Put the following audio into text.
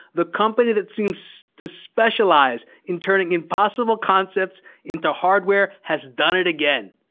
the company that seems to specialize in turning impossible concepts into hardware has done it again.